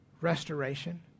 restoration